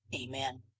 Amen